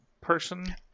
person